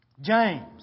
James